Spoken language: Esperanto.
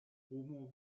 homo